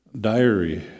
diary